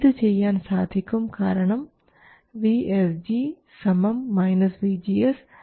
ഇത് ചെയ്യാൻ സാധിക്കും കാരണം vSG vGS vSD vDS